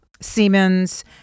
Siemens